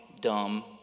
dumb